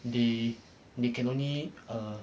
they they can only err